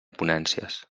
ponències